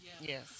Yes